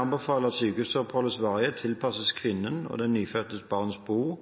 anbefaler at sykehusoppholdets varighet tilpasses kvinnens og det nyfødte barnets behov,